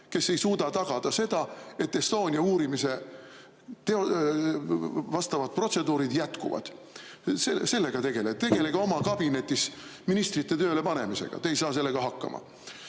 kes ei suuda tagada seda, et Estonia uurimise vastavad protseduurid jätkuvad. Sellega tegelege! Tegelege oma kabinetis ministrite tööle panemisega. Te ei saa sellega hakkama,